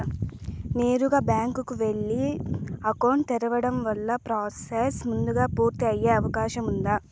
నేరుగా బ్యాంకు కు వెళ్లి అకౌంట్ తెరవడం వల్ల ప్రాసెస్ ముందుగా పూర్తి అయ్యే అవకాశం ఉందా?